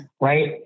right